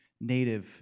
Native